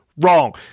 Wrong